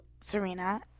Serena